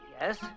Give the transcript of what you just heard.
yes